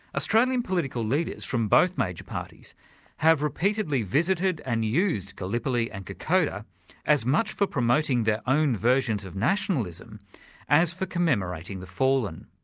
australian political leaders from both major parties have repeatedly visited and used gallipoli and kokoda as much for promoting their own versions of nationalism as for commemorating the fallen.